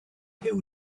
huw